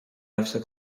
after